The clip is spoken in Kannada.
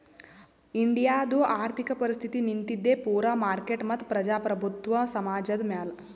ಇಂಡಿಯಾದು ಆರ್ಥಿಕ ಪರಿಸ್ಥಿತಿ ನಿಂತಿದ್ದೆ ಪೂರಾ ಮಾರ್ಕೆಟ್ ಮತ್ತ ಪ್ರಜಾಪ್ರಭುತ್ವ ಸಮಾಜದ್ ಮ್ಯಾಲ